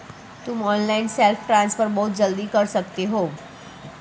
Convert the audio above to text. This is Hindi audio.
तुम ऑनलाइन सेल्फ ट्रांसफर बहुत जल्दी कर सकते हो